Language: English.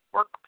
Work